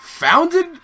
Founded